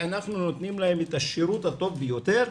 ואנחנו נותנים להם את השירות הטוב ביותר,